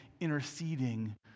interceding